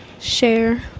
share